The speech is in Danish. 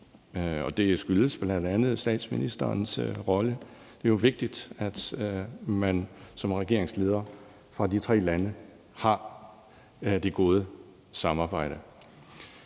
det skyldes bl.a. statsministerens rolle. Det er jo vigtigt, at regeringslederne i de tre lande har det gode samarbejde.